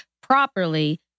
properly